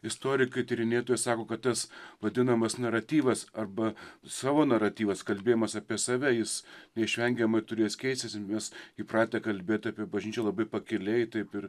istorikai tyrinėtojai sako kad tas vadinamas naratyvas arba savo naratyvas kalbėjimas apie save jis neišvengiamai turės keistis mes įpratę kalbėt apie bažnyčią labai pakiliai taip ir